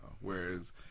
Whereas